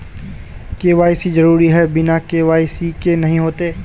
KYC जरुरी है बिना के.वाई.सी के नहीं होते?